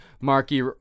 Marky